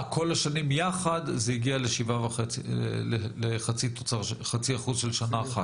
כל השנים יחד זה הגיע ל-0.5% של שנה אחת?